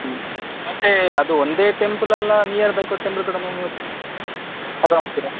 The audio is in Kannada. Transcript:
ಹ್ಞೂ ಮತ್ತು ಅದು ಒಂದೇ ಟೆಂಪಲ್ ಅಲ್ಲ ನಿಯರ್ ಬೈ ಕೂಡ ಟೆಂಪಲ್ ಕೂಡ ನೀವು ನೀವು ಕರೊಂಡ್ ಹೋಗ್ತಿರ